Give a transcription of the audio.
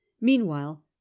meanwhile